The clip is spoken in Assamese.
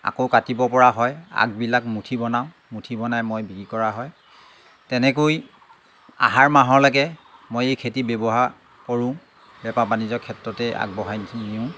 আকৌ কাটিব পৰা হয়া আগবিলাক মুঠি বনাওঁ মুঠি বনাই মই বিক্ৰী কৰা হয় তেনেকৈ আহাৰ মাহলৈকে মই এই খেতি ব্যৱহাৰ কৰোঁ বেপাৰ বাণিজ্যৰ ক্ষেত্ৰতে আগবঢ়াই নিওঁ